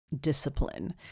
discipline